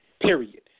period